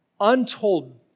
Untold